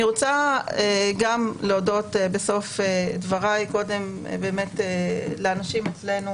אני רוצה להודות בסוף דבריי לאנשים אצלנו